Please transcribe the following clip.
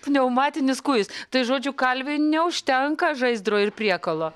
pneumatinis kūjis tai žodžiu kalviui neužtenka žaizdro ir priekalo